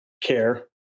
care